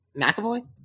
McAvoy